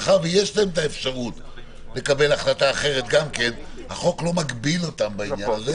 מאחר שיש להם האפשרות לקבל החלטה אחרת החוק לא מגביל אותם בעניין.